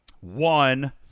one